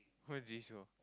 how is this here